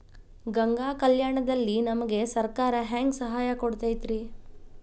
ಗಂಗಾ ಕಲ್ಯಾಣ ದಲ್ಲಿ ನಮಗೆ ಸರಕಾರ ಹೆಂಗ್ ಸಹಾಯ ಕೊಡುತೈತ್ರಿ?